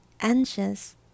anxious